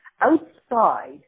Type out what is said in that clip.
outside